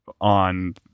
on